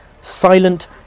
silent